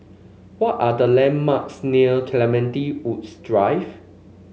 what are the landmarks near Clementi Woods Drive